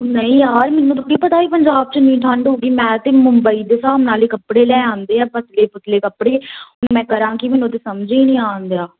ਨਹੀਂ ਯਾਰ ਮੈਨੂੰ ਥੋੜ੍ਹੀ ਪਤਾ ਸੀ ਪੰਜਾਬ 'ਚ ਇੰਨੀ ਠੰਡ ਹੋਵੇਗੀ ਮੈਂ ਤਾਂ ਮੁੰਬਈ ਦੇ ਹਿਸਾਬ ਨਾਲ਼ ਹੀ ਕੱਪੜੇ ਲੈ ਆਉਂਦੇ ਆ ਪਤਲੇ ਪੁਤਲੇ ਕੱਪੜੇ ਹੁਣ ਮੈਂ ਕਰਾਂ ਕੀ ਮੈਨੂੰ ਤਾਂ ਸਮਝ ਹੀ ਨਹੀਂ ਆਉਣ ਡਿਆ